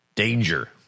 Danger